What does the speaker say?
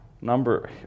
number